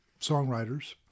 songwriters